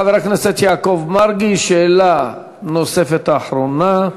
חבר הכנסת יעקב מרגי, שאלה נוספת אחרונה.